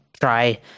try